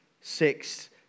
six